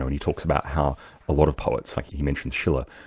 and he talks about how a lot of poets, like he mentions schiller,